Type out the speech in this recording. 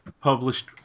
published